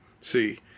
See